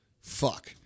fuck